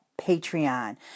Patreon